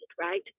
right